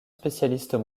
spécialistes